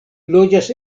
loĝas